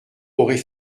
aurait